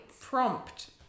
Prompt